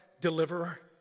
deliverer